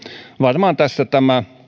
varmaan tässä tämä